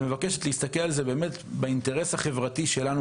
שמבקשת להסתכל על זה באינטרס החברתי שלנו